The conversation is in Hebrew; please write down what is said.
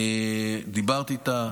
דיברתי איתה,